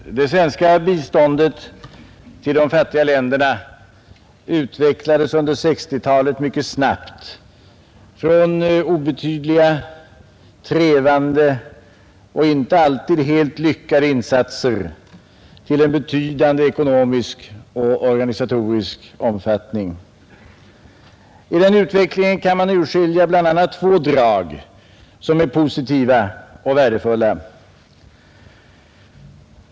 Herr talman! Det svenska biståndet till de fattiga länderna utvecklades under 1960-talet mycket snabbt från obetydliga, trevande och inte alltid helt lyckade insatser till en betydande ekonomisk och organisatorisk omfattning. I denna utveckling kan man urskilja bl.a. två drag som är positiva och värdefulla.